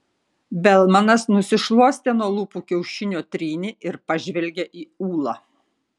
belmanas nusišluostė nuo lūpų kiaušinio trynį ir pažvelgė į ūlą